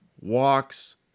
walks